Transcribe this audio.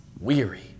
weary